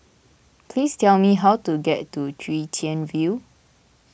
please tell me how to get to Chwee Chian View